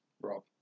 Rob